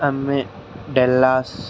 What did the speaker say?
అమ్మె డల్లాస్